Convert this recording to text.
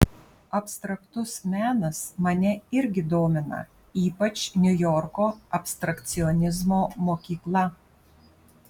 abstraktus menas mane irgi domina ypač niujorko abstrakcionizmo mokykla